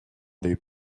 des